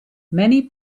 many